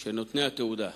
של נותני תעודת